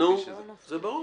זה ברור.